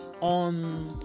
on